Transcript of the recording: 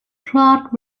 clock